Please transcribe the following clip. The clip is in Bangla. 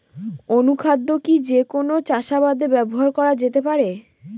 অনুখাদ্য কি যে কোন চাষাবাদে ব্যবহার করা যেতে পারে?